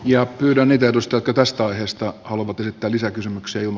ja pyytänyt edustaa kyprosta aiheesta haluavat esittää lisäkysymyksiä eun